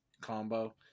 combo